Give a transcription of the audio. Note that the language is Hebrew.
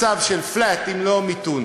מצב של flat, אם לא מיתון.